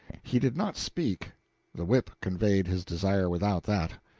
he did not speak the whip conveyed his desire without that.